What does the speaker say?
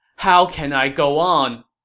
how can i go on!